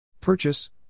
Purchase